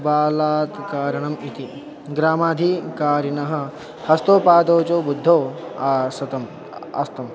बालात् कारणम् इति ग्रामाधिकारिणः हस्तौ पादौ च बुद्धौ आस्तम् आस्तं